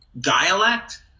dialect